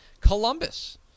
Columbus